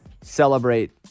celebrate